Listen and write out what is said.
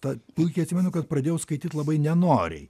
ta puikiai atsimenu kad pradėjau skaityt labai nenoriai